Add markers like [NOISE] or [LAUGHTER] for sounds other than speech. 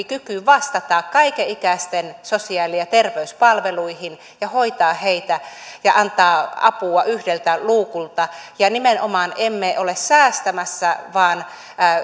[UNINTELLIGIBLE] kyky vastata kaikenikäisten sosiaali ja terveyspalveluihin ja hoitaa heitä ja antaa apua yhdeltä luukulta ja nimenomaan emme ole säästämässä vaan